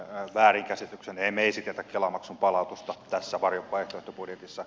emme me esitä kela maksun palautusta tässä vaihtoehtobudjetissa